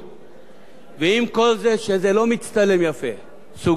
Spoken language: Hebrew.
ועם כל זה שזה לא מצטלם יפה סוגיית המסתננים,